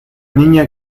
niña